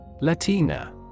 Latina